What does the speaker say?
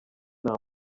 nta